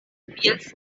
bjelski